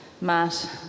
Matt